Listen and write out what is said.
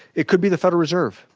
it could be the federal reserve.